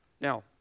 Now